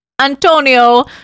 Antonio